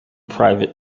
private